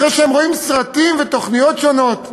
אחרי שהם רואים סרטים ותוכניות שונות,